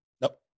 Nope